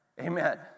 Amen